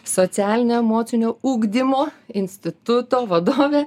socialinio emocinio ugdymo instituto vadovė